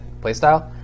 playstyle